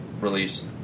release